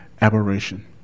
aberration